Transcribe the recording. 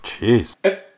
Jeez